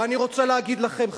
ואני רוצה להגיד לכם,